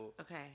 Okay